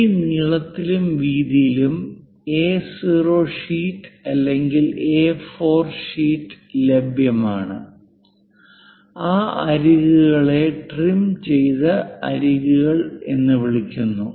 ഈ നീളത്തിലും വീതിയിലുംഎ0 ഷീറ്റ് അല്ലെങ്കിൽ എ4 ഷീറ്റ് ലഭ്യമാണ് ആ അരികുകളെ ട്രിം ചെയ്ത അരികുകൾ എന്ന് വിളിക്കുന്നു